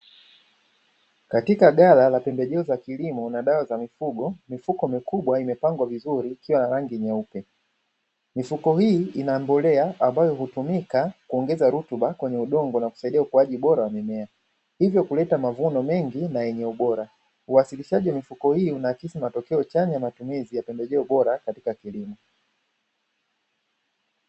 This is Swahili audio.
Katika ghala la pembejeo za kilimo na dawa za mifugo, mifuko mikubwa imepangwa vizuri ikiwa na rangi nyeupe mifuko hii inambolea ambayo hutumika kuongeza rutuba kwenye udongo na kusaidia ukuaji bora wa mimea; hivyo kuleta mavuno mengi na yenye ubora uwasilishaji wa mifuko hii unaakisi matokeo chanya ya matumizi ya pembejeo bora katika kilimo.